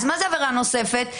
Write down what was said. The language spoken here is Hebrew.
מה זה עבירה נוספת?